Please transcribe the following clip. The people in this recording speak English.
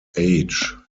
age